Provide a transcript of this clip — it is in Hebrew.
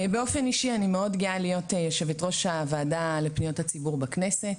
באופן אישי אני מאוד גאה להיות יו"ר הוועדה לפניות הציבור בכנסת.